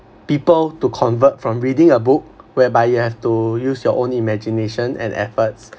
people to convert from reading a book whereby you have to use your own imagination and efforts